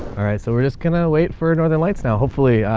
all right, so we're just gonna wait for northern lights. now, hopefully a,